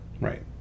Right